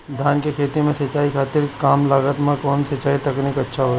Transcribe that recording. धान के खेती में सिंचाई खातिर कम लागत में कउन सिंचाई तकनीक अच्छा होई?